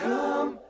Come